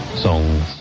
songs